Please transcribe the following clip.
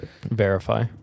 Verify